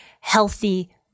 healthy